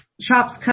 shop's